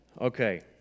Okay